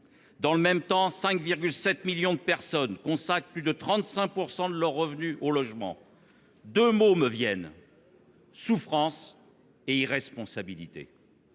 Dans le même temps, 5,7 millions de personnes consacrent plus de 35 % de leur revenu au logement ... Deux mots me viennent : souffrance et irresponsabilité.